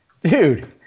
dude